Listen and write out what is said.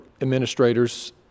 administrators